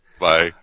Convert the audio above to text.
Bye